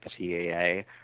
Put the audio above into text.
CAA